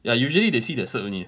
ya usually they see the cert only